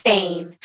Fame